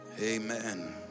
Amen